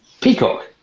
Peacock